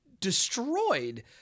destroyed